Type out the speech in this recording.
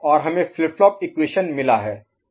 और हमें flip flop equation मिला है